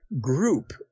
group